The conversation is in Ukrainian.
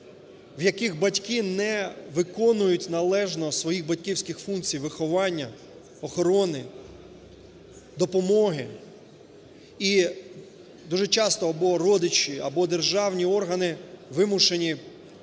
в яких батьки не виконують належно своїх батьківських функцій виховання, охорони, допомоги. І дуже часто або родичі, або державні органи вимушені